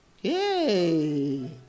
Yay